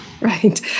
Right